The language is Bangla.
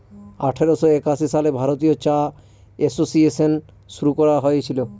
আঠারোশো একাশি সালে ভারতীয় চা এসোসিয়েসন শুরু করা হয়েছিল